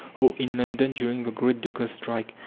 or in london during the great dockers' strike,